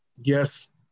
Yes